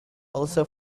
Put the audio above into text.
also